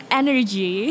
energy